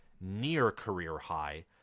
near-career-high